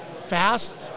fast